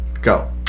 Go